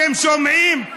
אתם שומעים?